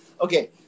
okay